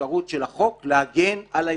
האפשרות של החוק להגן על האזרחים.